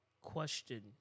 question